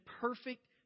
perfect